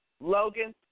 Logan